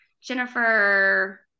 Jennifer